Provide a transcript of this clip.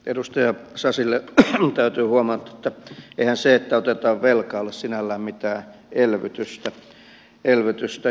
edustaja sasille täytyy huomauttaa että eihän se että otetaan velkaa ole sinällään mitään elvytystä